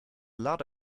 lot